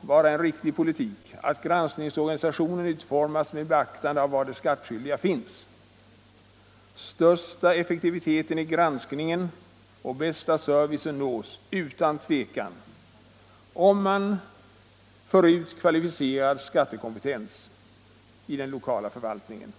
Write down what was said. vara en riktig politik att granskningsorganisationen utformas med beaktande av var de skattskyldiga finns. Största effektivitet i granskningen och bästa servicen nås utan tvekan om man för ut kvalificerad skattekompetens i den lokala förvaltningen.